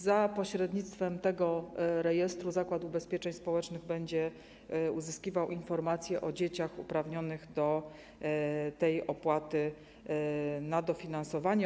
Za pośrednictwem tego rejestru Zakład Ubezpieczeń Społecznych będzie uzyskiwał informacje o dzieciach uprawnionych do tej dopłaty, dofinansowania.